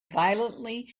violently